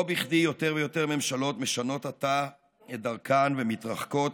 לא בכדי יותר ויותר ממשלות משנות עתה את דרכן ומתרחקות